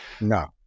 No